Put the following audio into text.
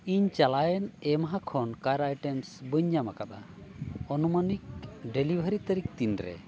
ᱤᱧ ᱪᱟᱞᱟᱣᱮᱱ ᱮᱢᱦᱟ ᱠᱷᱚᱱ ᱠᱟᱨ ᱟᱭᱴᱮᱢᱥ ᱵᱟᱹᱧ ᱧᱟᱢ ᱟᱠᱟᱫᱟ ᱟᱹᱱᱩᱢᱟᱱᱤᱠ ᱰᱮᱞᱤᱵᱷᱟᱨᱤ ᱛᱟᱹᱨᱤᱠᱷ ᱛᱤᱱᱨᱮ